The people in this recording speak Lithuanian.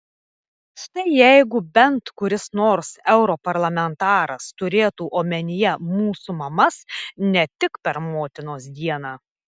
štai jeigu bent kuris nors europarlamentaras turėtų omenyje mūsų mamas ne tik per motinos dieną